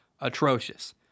atrocious